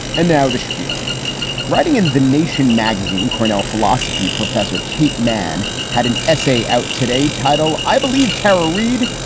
and now the spiel writing in the nation magazine. cornell philosophy professor kate mann had an essay out today. title, i believe terror read.